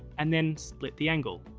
and then split the angle.